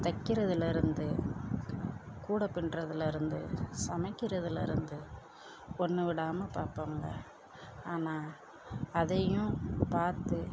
தைக்கிறதிலருந்து கூட பின்றதிலருந்து சமைக்கிறதிலருந்து ஒன்று விடாமல் பார்ப்பங்க ஆனால் அதையும் பார்த்து